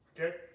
Okay